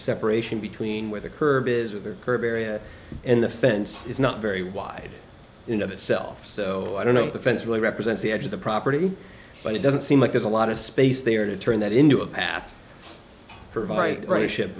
separation between where the curb is or the curb area and the fence is not very wide in of itself so i don't know if the fence really represents the edge of the property but it doesn't seem like there's a lot of space there to turn that into a path provide for a ship